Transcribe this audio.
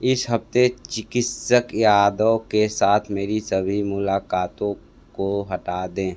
इस हफ़्ते चिकित्सक यादव के साथ मेरी सभी मुलाकातों को हटा दें